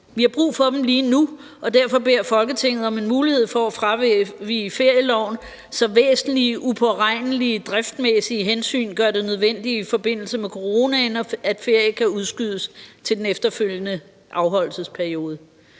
Vi har brug for dem lige nu, og derfor beder Folketinget om en mulighed for at fravige ferieloven, når væsentlige, upåregnelige driftsmæssige hensyn gør det nødvendigt i forbindelse med coronaen, at ferien kan udskydes til den efterfølgende afholdelsesperiode.